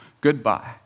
goodbye